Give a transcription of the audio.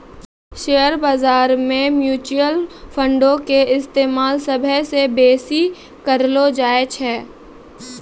share बजारो मे mutual फंडो के इस्तेमाल सभ्भे से बेसी करलो जाय छै